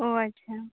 ᱚᱸᱻ ᱟᱪᱪᱷᱟ